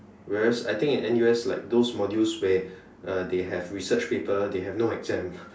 whereas in I think N_U_S like those modules where uh they have research paper they have no exam